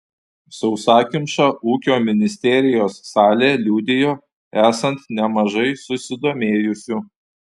sausakimša ūkio ministerijos salė liudijo esant nemažai susidomėjusių